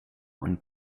und